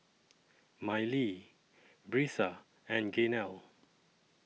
Mylee Brisa and Gaynell